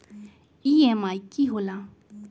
EMI की होला?